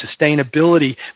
sustainability